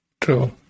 true